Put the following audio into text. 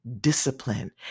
discipline